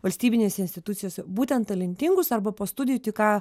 valstybinėse institucijose būtent talentingus arba po studijų tik ką